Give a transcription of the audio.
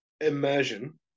immersion